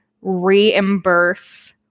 reimburse